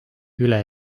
üle